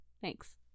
Thanks